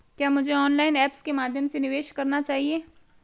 क्या मुझे online apps के माध्यम से निवेश करना चाहिए?